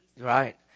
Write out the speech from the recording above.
Right